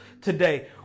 today